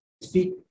speak